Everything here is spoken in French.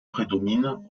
prédomine